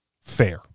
fair